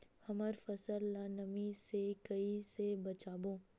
हमर फसल ल नमी से क ई से बचाबो?